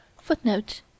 Footnote